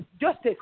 justice